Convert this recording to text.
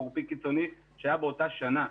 חורפי קיצוני שהיה באותה שנה.